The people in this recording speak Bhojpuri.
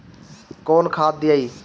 कौन खाद दियई?